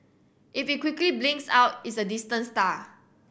if it quickly blinks out it's a distant star